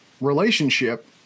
relationship